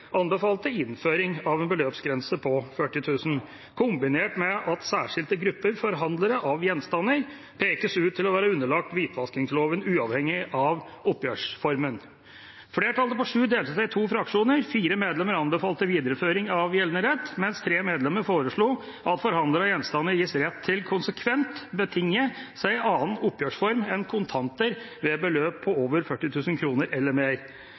anbefalte innføring av en beløpsgrense på 40 000 kr kombinert med at særskilte grupper forhandlere av gjenstander pekes ut til å være underlagt hvitvaskingsloven, uavhengig av oppgjørsformen. Flertallet på sju delte seg i to fraksjoner. Fire medlemmer anbefalte videreføring av gjeldende rett, mens tre medlemmer foreslo at forhandlere av gjenstander gis rett til konsekvent å betinge seg annen oppgjørsform enn kontanter ved beløp på 40 000 kr eller mer.